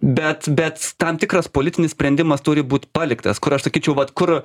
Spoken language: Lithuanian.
bet bet tam tikras politinis sprendimas turi būt paliktas kur aš sakyčiau vat kur